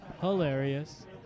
hilarious